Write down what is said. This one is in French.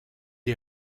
est